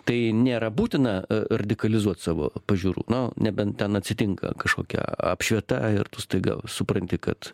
tai nėra būtina radikalizuot savo pažiūrų nu nebent ten atsitinka kažkokia apšvieta ir tu staiga supranti kad